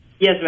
Yes